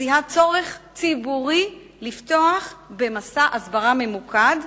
זיהה צורך ציבורי לפתוח במסע הסברה ממוקד,